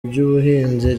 by’ubuhinzi